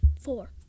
Four